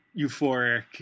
euphoric